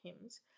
hymns